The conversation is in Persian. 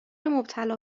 مبتلا